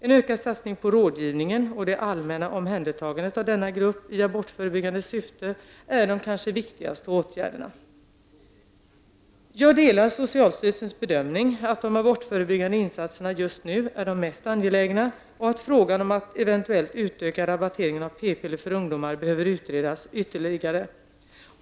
En ökad satsning på rådgivning och det allmänna omhändertagandet av denna grupp i abortförebyggande syfte är de kanske viktigaste åtgärderna. Jag delar socialstyrelsens bedömning att de abortförebyggande insatserna just nu är de mest angelägna och att frågan om att eventuellt utöka rabatteringen av p-piller för ungdomar behöver utredas ytterligare.